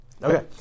Okay